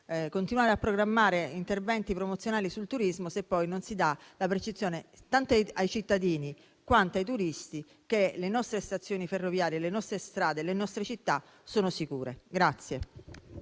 continuare a programmare interventi promozionali sul turismo, se poi non si dà la percezione, tanto ai cittadini quanto ai turisti, che le nostre stazioni ferroviarie, le nostre strade, le nostre città sono sicure.